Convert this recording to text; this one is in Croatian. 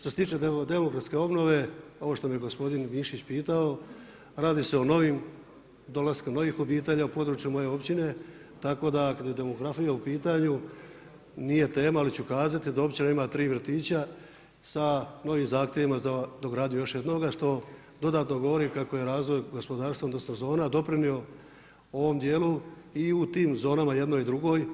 Što se tiče demografske obnove, ovo što me je gospodin Mišić pitao, radi se o dolasku novih obitelji u području moje općine tako da kad je demografija u pitanju, nije tema ali ću kazati da općina ima 3 vrtića sa novim zahtjevima za dogradnju još jednoga što dodatno govori kako je razvoj gospodarstvom dosta zona doprinio ovom djelu i u tim zonama, i jednoj i drugoj,